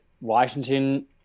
Washington